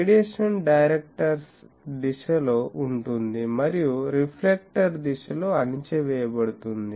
radiation directors దిశలో ఉంటుంది మరియు రిఫ్లెక్టర్ దిశలో అణచివేయబడుతుంది